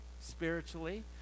spiritually